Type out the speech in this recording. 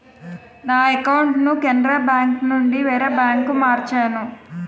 నా అకౌంటును కెనరా బేంకునుండి వేరే బాంకుకు మార్చేను